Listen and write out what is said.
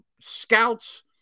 scouts